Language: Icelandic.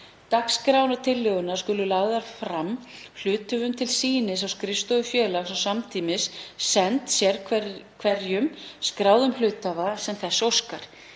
Dagskráin og tillögurnar skulu lagðar fram hluthöfum til sýnis á skrifstofu félags og samtímis send sérhverjum skráðum hluthafa sem þess óskar.